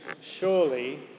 Surely